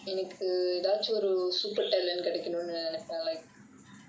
in a எனக்கு எதாச்சும்:enakku ethaachum super talent கிடைக்கனும்னு நினைப்பேன்:kidaikkanumnu ninaippaen or like